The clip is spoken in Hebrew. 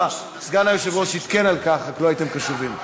סגן היושב-ראש עדכן על כך, רק לא הייתם קשובים.